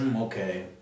okay